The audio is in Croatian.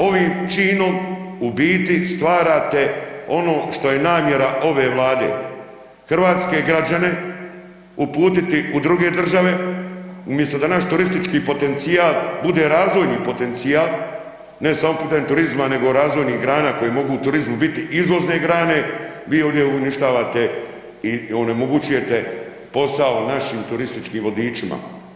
Ovim činom u biti stvarate ono što je namjera ove vlade hrvatske građane uputiti u druge države, umjesto da naš turistički potencijal bude razvojni potencijal, ne samo po pitanju turizma nego i razvojnih grana koje mogu u turizmu biti izvozne grane, vi ovdje uništavate i onemogućujete posao našim turističkim vodičima.